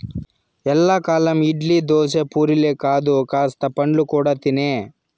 ఎల్లకాలం ఇడ్లీ, దోశ, పూరీలే కాదు కాస్త పండ్లు కూడా తినే